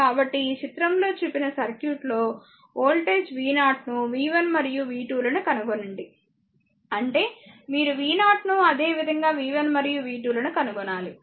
కాబట్టిఈ చిత్రంలో చూపిన సర్క్యూట్లో వోల్టేజ్ v0 ను v1 మరియు v 2 లను కనుగొనండి అంటేమీరు v0 ను అదేవిధంగా v1 మరియు v2 లను కనుగొనాలి